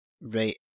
Right